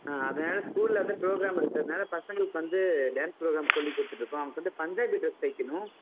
ஆ அதனால் ஸ்கூலில் வந்து ப்ரோக்ராம் இருக்கறதுனால் பசங்களுக்கு வந்து டேன்ஸ் ப்ரோக்ராம் சொல்லிக் கொடுத்துட்ருக்கோம் அவங்களுக்கு வந்து பஞ்சாபி ட்ரெஸ் தைக்கணும்